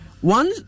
one